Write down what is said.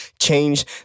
change